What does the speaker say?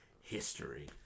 history